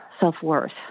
self-worth